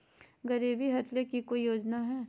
गरीबी हटबे ले कोई योजनामा हय?